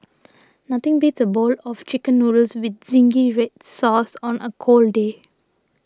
nothing beats a bowl of Chicken Noodles with Zingy Red Sauce on a cold day